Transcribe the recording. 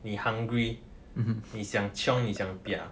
你 hungry 你想 chiong 你想 pia